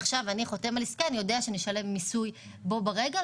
עכשיו אני חותם על עסקה אני יודע שאשלם מיסוי בו ברגע,